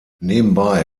nebenbei